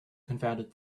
confounded